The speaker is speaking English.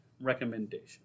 recommendation